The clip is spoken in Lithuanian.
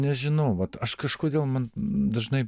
nežinau vat aš kažkodėl man dažnai